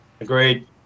Agreed